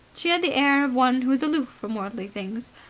she had the air of one who is aloof from worldly things.